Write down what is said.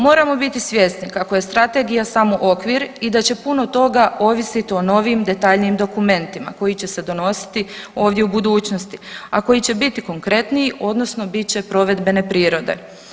Moramo biti svjesni kako je strategija samo okvir i da će puno toga ovisit o novim detaljnijim dokumentima koji će se donositi ovdje u budućnosti, a koji će biti konkretniji odnosno biti će provedbene prirode.